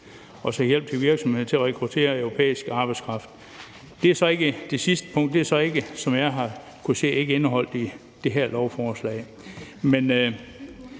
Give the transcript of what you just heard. dels hjælp til virksomheder til at rekruttere europæisk arbejdskraft. Det sidste punkt er, så vidt jeg kan se, ikke indeholdt i det her lovforslag.